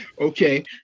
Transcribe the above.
Okay